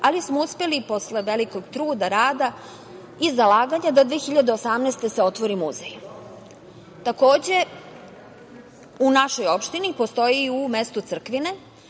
ali smo uspeli posle velikog truda, rada i zalaganja da se 2018. godine otvori muzej. Takođe, u našoj opštini postoji u mestu Crkvine